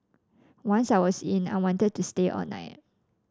once I was in I wanted to stay all night